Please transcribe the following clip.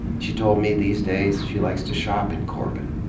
she told me these days, she likes to shop in corbin.